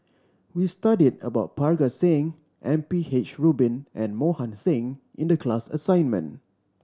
we studied about Parga Singh M P H Rubin and Mohan Singh in the class assignment